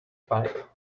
pipe